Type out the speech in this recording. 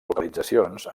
localitzacions